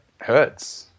hurts